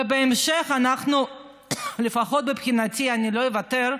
ובהמשך אנחנו, לפחות מבחינתי אני לא אוותר,